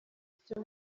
icyo